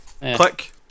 click